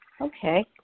Okay